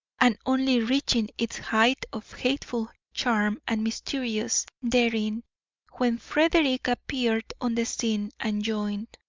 and only reaching its height of hateful charm and mysterious daring when frederick appeared on the scene and joined,